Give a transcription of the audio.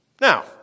Now